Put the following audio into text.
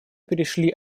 перешли